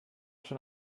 schon